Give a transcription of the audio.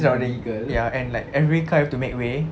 surrounding ya and like every car have to make way